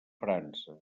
frança